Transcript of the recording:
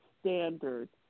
standards